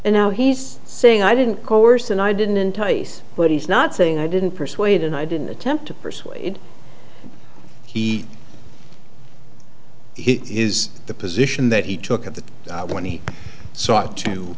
and now he's saying i didn't course and i didn't entice but he's not saying i didn't persuade and i didn't attempt to persuade he he is the position that he took at the